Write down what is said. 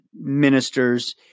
ministers